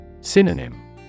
Synonym